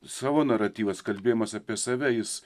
savo naratyvas kalbėjimas apie save jis